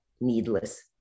needless